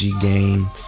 game